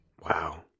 Wow